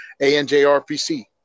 ANJRPC